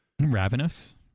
Ravenous